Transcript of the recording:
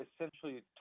essentially